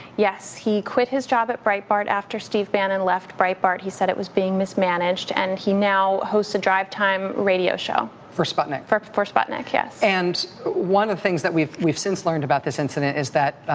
yes. he quit his job at breitbart. after steve bannon left breitbart, he said it was being mismanaged, and he now hosts a drive-time radio show. for sputnik. for for sputnik, yes. and one of the things that we've we've since learned about this incident is that